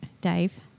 Dave